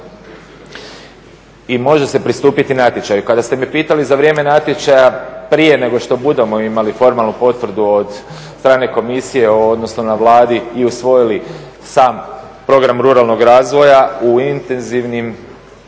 i može se pristupiti natječaju. Kada ste me pitali za vrijeme natječaja prije nego što budemo imali formalnu potvrdu od strane Komisije, odnosno na Vladi i usvojili sam program ruralnog razvoja u intenzivnim